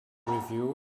review